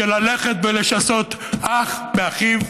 של ללכת ולשסות אח באחיו,